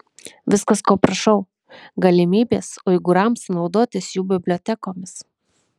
viskas ko prašau galimybės uigūrams naudotis jų bibliotekomis